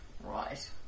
Right